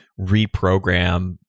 reprogram